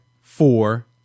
four